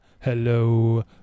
hello